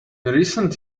recent